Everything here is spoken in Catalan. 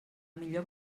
millor